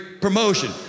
promotion